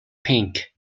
pink